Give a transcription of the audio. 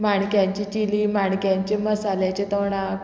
माणक्यांची चिली माणक्यांचे मसाल्याचे तोणाक